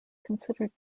considered